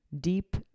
Deep